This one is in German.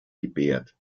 gebärt